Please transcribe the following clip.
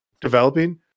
developing